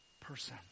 person